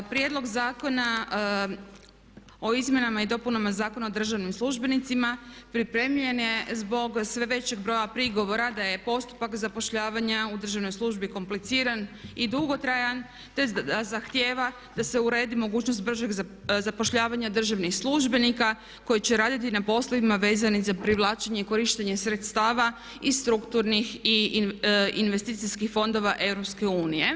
Prijedlog Zakona o izmjenama i dopunama Zakona o državnim službenicima pripremljen je zbog sve većeg broja prigovora da je postupak zapošljavanja u državnoj službi kompliciran i dugotrajan te da zahtjeva da se uredi mogućnost bržeg zapošljavanja državnih službenika koji će raditi na poslovima vezanih za privlačenje i korištenje sredstava i strukturnih i investicijskih fondova EU.